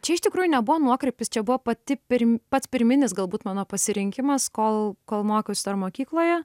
čia iš tikrųjų nebuvo nuokrypis čia buvo pati pirm pats pirminis galbūt mano pasirinkimas kol kol mokiausi mokykloje